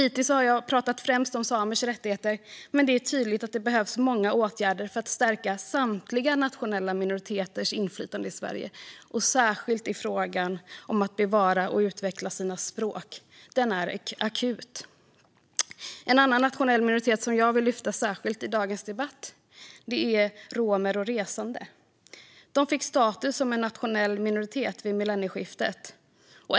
Hittills har jag främst pratat om samers rättigheter, men det är tydligt att det behövs många åtgärder för att stärka samtliga nationella minoriteters inflytande i Sverige. Särskilt frågan om att bevara och utveckla de nationella minoriteternas språk är akut. En annan nationell minoritet jag vill lyfta fram särskilt i dagens debatt är romer och resande. De fick status som nationell minoritet vid millennieskiftet.